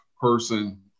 person